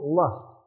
lust